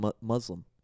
Muslim